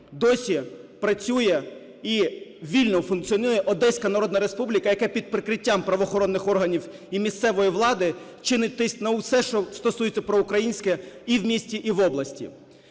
досі працює і вільно функціонує "Одеська народна республіка", яка під прикриттям правоохоронних органів і місцевої влади чинить тиск на усе, що стосується проукраїнського і в місті, і в області.